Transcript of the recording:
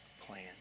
plan